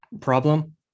problem